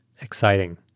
exciting